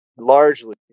Largely